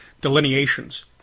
delineations